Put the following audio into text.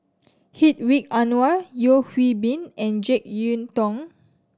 Hedwig Anuar Yeo Hwee Bin and Jek Yeun Thong